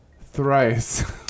thrice